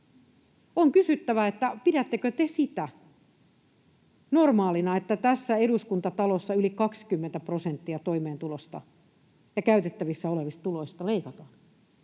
On kysyttävä: pidättekö te sitä normaalina, että tässä Eduskuntatalossa leikataan yli 20 prosenttia toimeentulosta, käytettävissä olevista tuloista? Minä